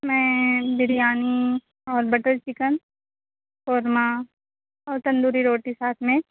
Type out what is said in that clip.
میں بریانی اور butter chicken korma اور تندوری روٹی ساتھ میں